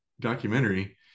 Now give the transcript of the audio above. documentary